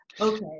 Okay